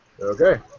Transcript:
Okay